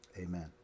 Amen